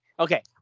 Okay